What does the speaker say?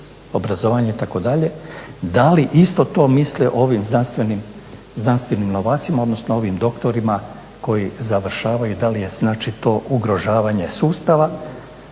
obrazovanje itd. da li isto to misle ovim znanstvenim novacima odnosno ovim doktorima koji završavaju da li je to ugrožavanje sustava